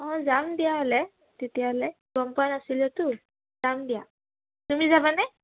অঁ যাম দিয়া হ'লে তেতিয়াহ'লে গম পোৱা নাছিলতো যাম দিয়া তুমি যাবানে